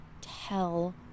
tell